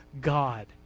God